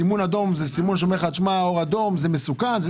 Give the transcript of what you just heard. סימון אדום אומר לך: אור אדום, זה מסוכן.